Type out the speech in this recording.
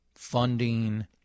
Funding